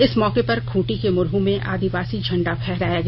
इस मौके पर खूंटी के मुरह में आदिवासी झंडा फहराया गया